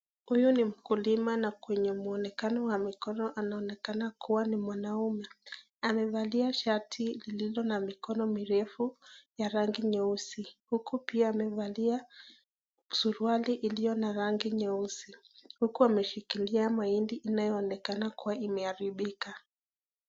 Huyu ni mkulima na kwenye muonekano wa mikono anaonekana kuwa ni mwanaume. Amevalia shati lilo na mikono mirefu ya rangi nyeusi huku pia amevalia suruali iliyo na rangi nyeusi huku ameshikilia mahindi inayoonekana kuwa imeharibika.